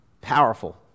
Powerful